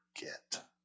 get